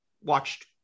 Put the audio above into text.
watched